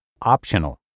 optional